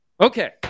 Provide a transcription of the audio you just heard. Okay